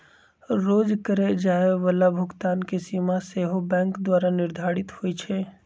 रोज करए जाय बला भुगतान के सीमा सेहो बैंके द्वारा निर्धारित होइ छइ